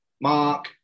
Mark